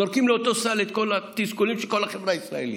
זורקים לאותו סל את כל התסכולים של כל החברה הישראלית.